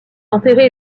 enterré